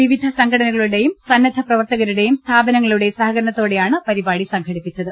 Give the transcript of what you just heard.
വിവിധ സംഘടനക ളുടെയും സന്നദ്ധ പ്രവർത്തകരുടെയും സ്ഥാപനങ്ങളുടെയും സഹകരണത്തോടെയാണ് പരിപാടി സംഘടിപ്പിച്ചത്